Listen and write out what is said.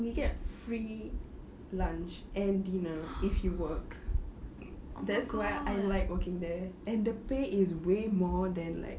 we get free lunch and dinner if you work that's why I like working there and the pay is way more than like